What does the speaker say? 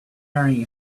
carrying